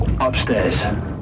upstairs